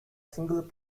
single